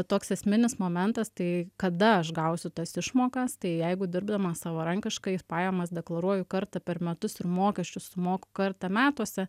toks esminis momentas tai kada aš gausiu tas išmokas tai jeigu dirbdamas savarankiškai pajamas deklaruoju kartą per metus ir mokesčius sumoku kartą metuose